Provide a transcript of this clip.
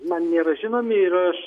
man nėra žinomi ir aš